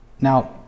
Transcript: Now